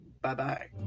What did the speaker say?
bye-bye